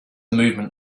movement